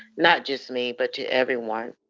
not just me, but to everyone.